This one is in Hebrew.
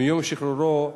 מיום שחרורו,